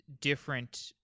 different